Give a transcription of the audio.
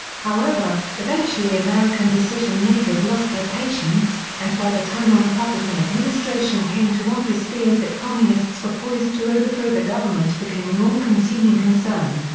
however, eventually american decision-makers lost their patience, and by the time a republican administration came to office fears that communists were poised to overthrow the government became an all consuming concern.